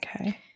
Okay